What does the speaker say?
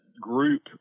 group